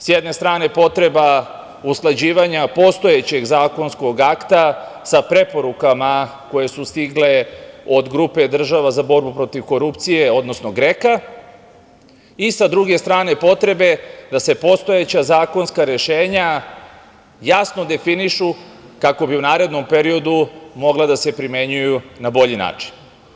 Sa jedne strane potreba usklađivanja postojećeg zakonskog akta sa preporukama koje su stigle od Grupe država za borbu protiv korupcije, odnosno GREKO, i sa druge strane potrebe da se postojeća zakonska rešenja jasno definišu kako bi u narednom periodu mogla da se primenjuju na bolji način.